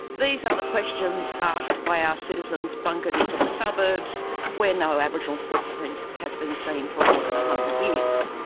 these are the questions asked by our citizens bunkered into the suburbs where no aboriginal footprint has been seen for more than a hundred years.